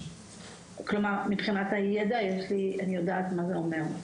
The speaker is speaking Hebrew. כלומר מבחינת הידע אני יודעת מה זה אומר.